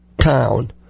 town